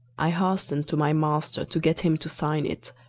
i hastened to my master to get him to sign it,